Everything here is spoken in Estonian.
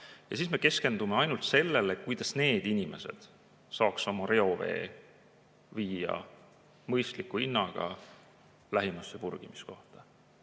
saa. Siis me keskendume ainult sellele, kuidas need inimesed saaks oma reovee toimetada mõistliku hinnaga lähimasse purgimiskohta.